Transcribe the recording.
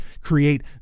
create